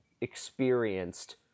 experienced